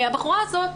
הבחורה הזאת,